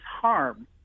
harm